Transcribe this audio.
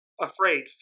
afraid